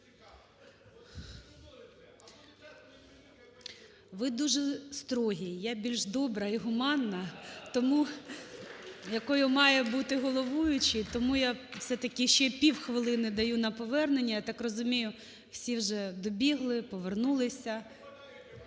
Ви дуже строгий, я більш добра і гуманна, тому... якою має бути головуючий. Тому я все-таки ще півхвилини даю на повернення. Я так розумію, всі вже добігли, повернулися.